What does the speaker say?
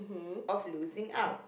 of losing out